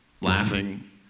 laughing